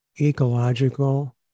ecological